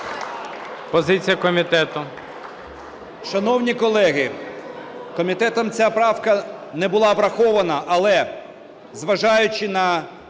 Позиція комітету.